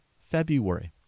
February